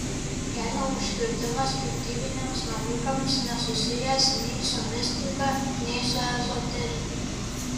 kelio užkirtimas piktybiniams navikams nesusijęs nei su mistika nei su ezoterika